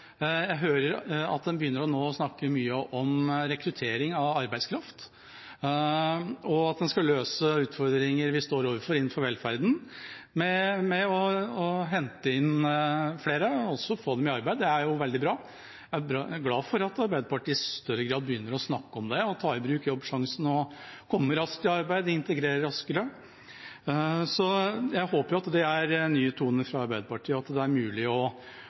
jeg hører at man nå begynner å snakke mye om, rekruttering av arbeidskraft og at en skal løse utfordringer vi står overfor innenfor velferden, ved å hente inn flere og få dem i arbeid. Det er veldig bra. Jeg er glad for at Arbeiderpartiet i større grad begynner å snakke om det, ta i bruk Jobbsjansen, få folk raskt i arbeid og integrere raskere. Jeg håper at det er nye toner fra Arbeiderpartiet, og at det er mulig å